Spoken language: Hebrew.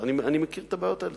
אני מכיר את הבעיות האלה.